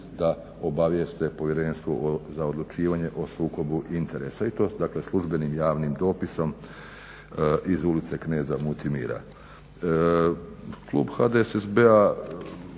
da obavijeste povjerenstvo za odlučivanje o sukobu interesa i to dakle službenim javnim dopisom iz ulice kneza Mutimira.